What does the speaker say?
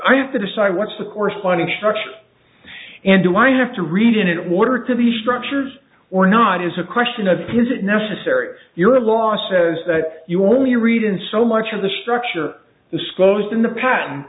i have to decide what's the corresponding structure and do i have to read in an order to the structures or not is a question of his if necessary your law says that you only read in so much of the structure disclosed in the pa